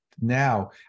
Now